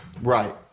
Right